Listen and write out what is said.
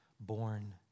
born